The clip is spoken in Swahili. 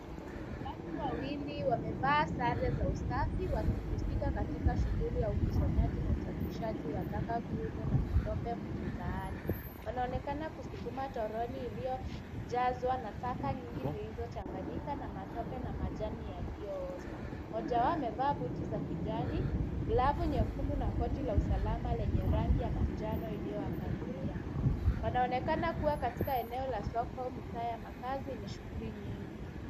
Watu wawili wamevaa sare za usafi wakihusika katika shughuli ya ukusanyaji na usafishaji wa taka ngumu na matope mitaani. Wanaonekana kusukuma toroli lililojaa na taka nyingi zilizochanganyika na matope na majani yaliyooza. Mmoja wao amevaa buti za kijani, glavu nyekundu na koti la usalama lenye rangi ya manjano iliyoangazia. Wanaonekana kuwa katika eneo la soko au mitaa ya makazi yenye shughuli nyingi.